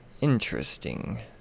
Interesting